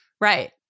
Right